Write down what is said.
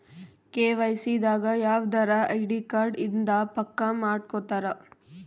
KYC ದಾಗ ಯವ್ದರ ID card ಇಂದ ಪಕ್ಕ ಮಾಡ್ಕೊತರ